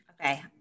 Okay